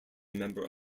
member